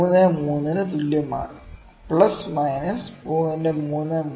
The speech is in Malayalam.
33 ന് തുല്യമാണ് പ്ലസ് മൈനസ് 0